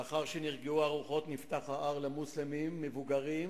לאחר שנרגעו הרוחות נפתח ההר למוסלמים מבוגרים